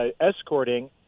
escorting